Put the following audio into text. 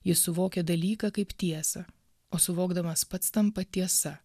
jis suvokia dalyką kaip tiesą o suvokdamas pats tampa tiesa